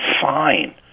Fine